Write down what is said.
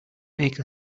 make